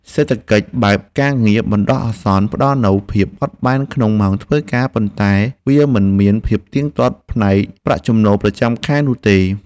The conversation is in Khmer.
សេដ្ឋកិច្ចបែបការងារបណ្ដោះអាសន្នផ្តល់នូវភាពបត់បែនក្នុងម៉ោងធ្វើការ ប៉ុន្តែវាមិនមានភាពទៀងទាត់ផ្នែកប្រាក់ចំណូលប្រចាំខែនោះទេ។